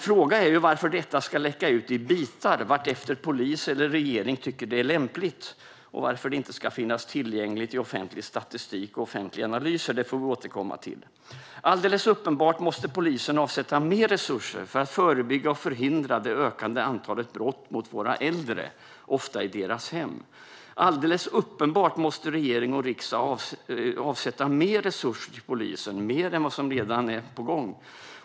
Frågan är dock varför detta ska behöva läcka ut bitvis vartefter polis eller regering tycker att det är lämpligt. Varför finns det inte tillgängligt i offentlig statistik och offentliga analyser? Det får vi återkomma till. Alldeles uppenbart måste polisen avsätta mer resurser för att förebygga och förhindra det ökande antalet brott mot våra äldre, som ofta utsätts i sina hem. Alldeles uppenbart måste regering och riksdag avsätta mer resurser till polisen - mer än vad som redan är på gång.